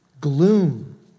Gloom